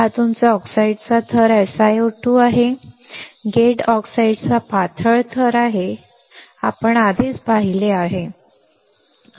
हा तुमचा ऑक्साईड थर SiO2 आहे गेट ऑक्साईडचा पातळ थर जसे आपण आधीच पाहिले आहे